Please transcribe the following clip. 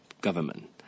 government